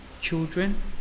children